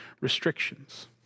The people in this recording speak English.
restrictions